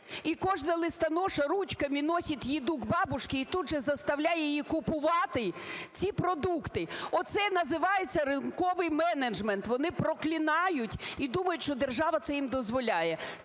і кожна листоноша ручками носить їжу до бабушки і тут же заставляє її купувати ці продукти. Оце називається ринковий менеджмент, вони проклинають і думають, що держава це їм дозволяє.